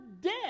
dead